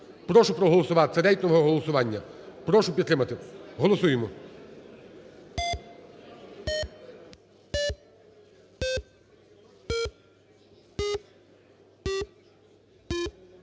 Прошу проголосувати, це рейтингове голосування. Прошу підтримати, голосуємо.